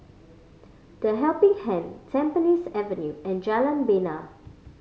The Helping Hand Tampines Avenue and Jalan Bena